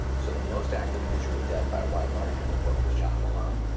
so the most active user of debt, by a wide margin in the book, was john malone.